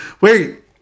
wait